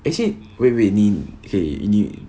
actually wait wait 你 okay 你